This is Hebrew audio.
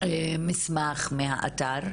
מהמסמך מהאתר,